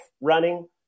running